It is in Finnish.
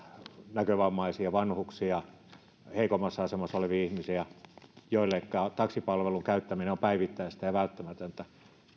näkövammaisia vanhuksia heikommassa asemassa olevia ihmisiä joille taksipalvelun käyttäminen on päivittäistä ja välttämätöntä